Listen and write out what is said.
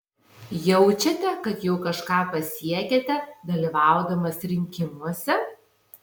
jaučiate kad jau kažką pasiekėte dalyvaudamas rinkimuose